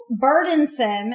burdensome